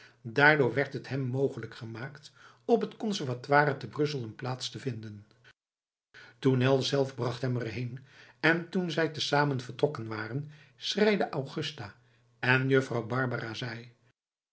daardoor werd het hem mogelijk gemaakt op het conservatoire te brussel een plaats te vinden tournel zelf bracht hem er heen en toen zij te zamen vertrokken waren schreide augusta en juffrouw barbara zei